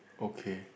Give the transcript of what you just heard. okay